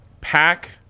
pack